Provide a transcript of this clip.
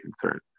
concern